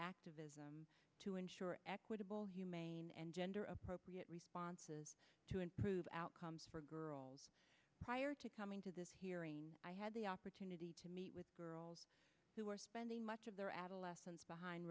activism to ensure equitable humane and gender appropriate responses to improve outcomes for girls prior to coming to this hearing i had the opportunity to meet with girls who were spending much of their adolescence behind